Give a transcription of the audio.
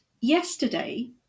yesterday